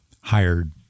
hired